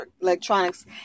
electronics